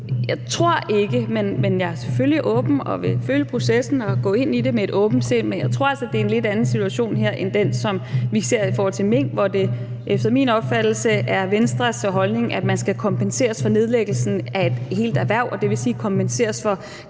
Jeg tror det ikke, men jeg er selvfølgelig åben over for det; jeg vil følge processen og gå ind i det med et åbent sind, men jeg tror altså, at det her er en lidt anden situation end den, som vi ser i forhold til mink, hvor det efter min opfattelse er Venstres holdning, at man skal kompenseres for nedlæggelsen af et helt erhverv, dvs. kompenseres for